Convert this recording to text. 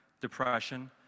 depression